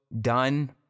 done